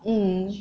mm